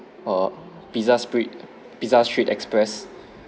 err pizza street pizza street express